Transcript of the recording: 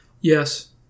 Yes